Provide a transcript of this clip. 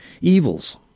evils